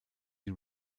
die